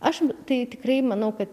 aš tai tikrai manau kad